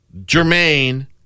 Jermaine